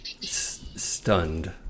Stunned